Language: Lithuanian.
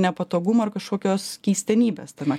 nepatogumo ar kažkokios keistenybės tame